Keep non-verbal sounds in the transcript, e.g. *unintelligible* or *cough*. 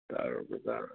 *unintelligible*